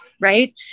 right